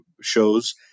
shows